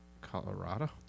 Colorado